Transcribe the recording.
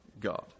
God